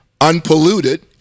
unpolluted